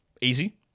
Easy